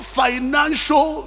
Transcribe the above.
financial